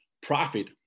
profit